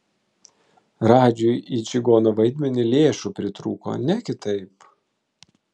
radžiui į čigono vaidmenį lėšų pritrūko ne kitaip